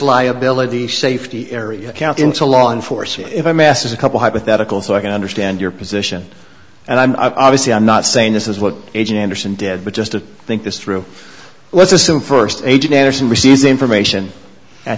liability safety area account into law enforcement if a mass is a couple hypothetical so i can understand your position and i'm obviously i'm not saying this is what agent anderson did but just to think this through let's assume first agent anderson receives information